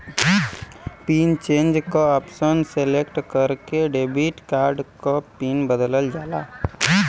pin change क option select करके debit card क पिन बदलल जाला